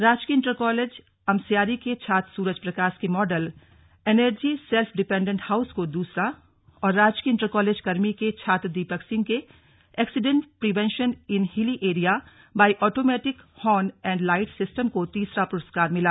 राजकीय inter college Amsyari के छात्र सुरज प्रकाश के model energy self dependent house को दूसरा और राजकीय इंटर कालेज कर्मी के छात्र दीपक सिंह के accident prevention in hilly area by automatic horn and lights system को तीसरा पुरस्कार मिला